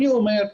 אני אומר,